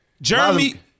Jeremy